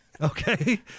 Okay